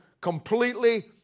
completely